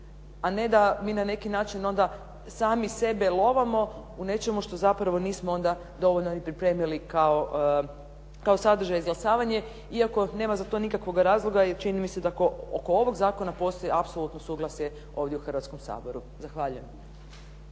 a ne da mi na neki način onda sami sebe lovamo u nečemu što zapravo nismo onda dovoljno ni pripremili kao sadržaj izglasavanje, iako nema za to nikakvog razloga jer čini mi se da oko ovog zakona postoji apsolutno suglasje ovdje u Hrvatskom saboru. Zahvaljujem.